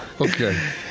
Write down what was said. Okay